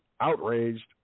outraged